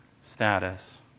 status